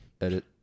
Edit